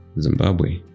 Zimbabwe